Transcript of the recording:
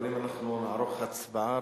אנחנו נערוך הצבעה,